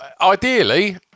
Ideally